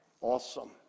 Awesome